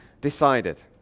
decided